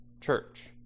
church